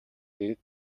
гээд